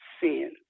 sin